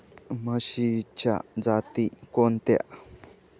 म्हशीच्या जाती कोणत्या?